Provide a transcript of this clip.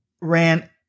ran